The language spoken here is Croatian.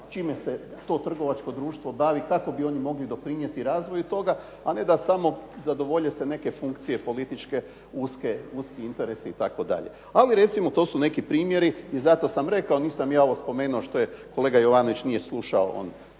čime se to trgovačko društvo bavi kako bi oni mogli doprinijeti razvoju toga, a ne da samo zadovolje se neke funkcije političke, uski interesi itd. Ali, recimo to su neki primjeri i zato sam rekao, nisam ja ovo spomenuo što je kolega Jovanović nije slušao,